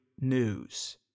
news